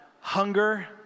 hunger